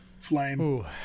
flame